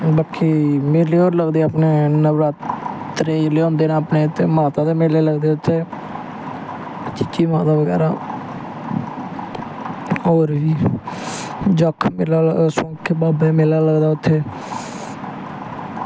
बाकी मेले होर लगदे अपनै नवरात्रें होंदे नै माता दे मेले लगदे इत्थें चिची माता बगैरा होर बी जक्ख सोंआंखै बाबे दै मेला लगदा उत्थें